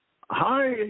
Hi